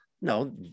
No